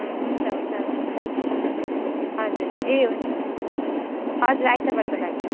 ए हुन्छ हुन्छ धन्यवाद हजुर ए हुन्छ नि हजुर आइतबारको लागि